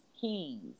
keys